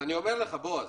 אני אומר לך, בועז.